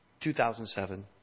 2007